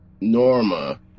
Norma